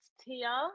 tia